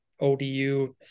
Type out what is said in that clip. ODU